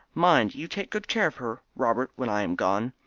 mind you take good care of her, robert when i am gone.